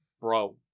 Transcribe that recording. Bro